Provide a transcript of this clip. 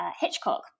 Hitchcock